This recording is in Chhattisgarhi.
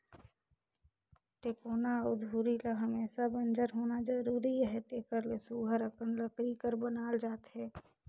टेकोना अउ धूरी ल हमेसा बंजर होना जरूरी अहे तेकर ले सुग्घर अकन लकरी कर बनाल जाथे